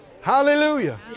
Hallelujah